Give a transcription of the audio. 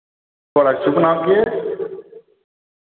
थोआढ़ा शुभ नाम केह् ऐ